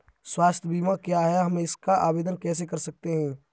स्वास्थ्य बीमा क्या है हम इसका आवेदन कैसे कर सकते हैं?